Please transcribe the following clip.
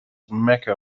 mecca